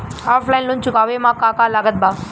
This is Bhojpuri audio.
ऑफलाइन लोन चुकावे म का का लागत बा?